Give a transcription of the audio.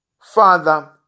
Father